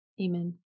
amen